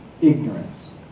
ignorance